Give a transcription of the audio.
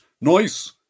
Nice